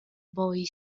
boy